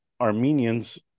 Armenians